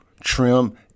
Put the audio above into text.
trim